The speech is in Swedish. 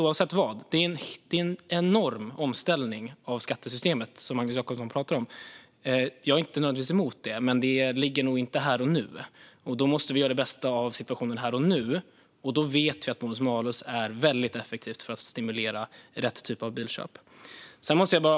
Oavsett är det en enorm omställning av skattesystemet som Magnus Jacobsson talar om. Jag är inte nödvändigtvis emot det. Men det ligger nog inte här och nu. Vi måste göra det bästa av situationen här och nu, och vi vet att bonus-malus är väldigt effektivt vad gäller att stimulera rätt typ av bilköp.